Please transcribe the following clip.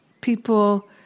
people